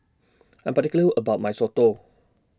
I Am particular about My Soto